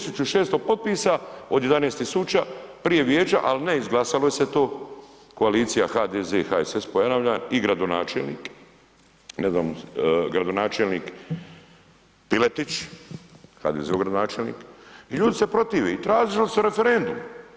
1600 potpisa od 11 tisuća, prije vijeća, ali ne izglasalo se je to, koalicija HDZ-HSS, ponavljam i gradonačelnik, gradonačelnik Piletić, HDZ-ov gradonačelnik i ljudi se protivi i tražili su referendum.